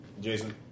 Jason